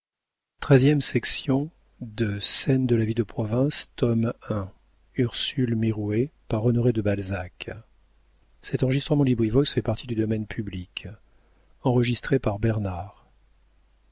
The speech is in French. de scène de la vie de province tome i author honoré de balzac